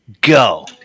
go